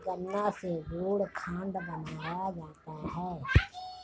गन्ना से गुड़ खांड बनाया जाता है